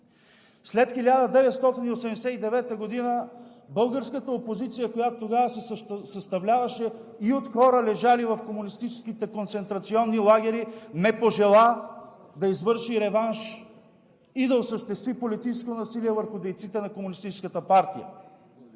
След 1989 г. българската опозиция, която тогава се съставляваше и от хора, лежали в комунистическите концентрационни лагери, не пожела да извърши реванш и да осъществи политическо насилие върху дейците на